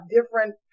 different